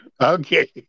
Okay